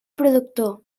productor